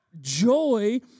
Joy